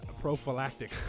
prophylactic